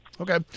Okay